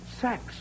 sex